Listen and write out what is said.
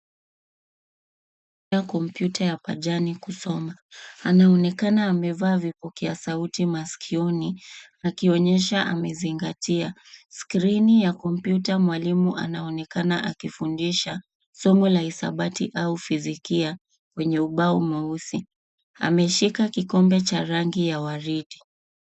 Kompyuta ya pajani kusoma. Anaonekana amevaa vipokea sauti masikioni akionyesha amezingatia. Skrini ya kompyuta mwalimu anaonekana akifundisha somo la hisabati au fizikia kwenye ubao mweusi. Ameshika kikombe cha rangi ya waridi.